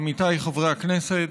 עמיתיי חברי הכנסת,